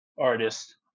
artist